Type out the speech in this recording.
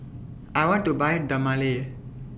I want to Buy Dermale